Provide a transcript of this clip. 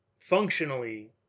functionally